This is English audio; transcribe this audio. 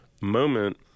moment